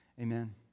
amen